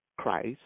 Christ